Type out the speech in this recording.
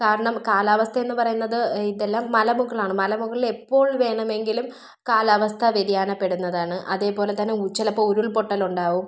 കാരണം കാലാവസ്ഥയെന്ന് പറയുന്നത് ഇതെല്ലാം മലമുകളാണ് മലമുകളിൽ എപ്പോൾ വേണമെങ്കിലും കാലാവസ്ഥ വ്യതിയാനപ്പെടുന്നതാണ് അതേപോലെ തന്നെ ഉ ചിലപ്പോൾ ഉരുൾപൊട്ടൽ ഉണ്ടാകും